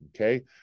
Okay